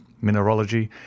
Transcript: mineralogy